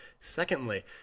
Secondly